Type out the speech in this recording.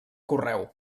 correu